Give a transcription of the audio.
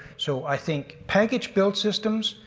so i think package built systems,